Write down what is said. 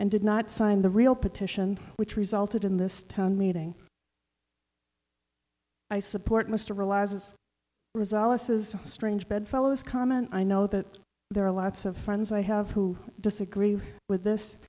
and did not sign the real petition which resulted in this town meeting i support mr realizes rizal us is strange bedfellows comment i know that there are lots of friends i have who disagree with this